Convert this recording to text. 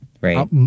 right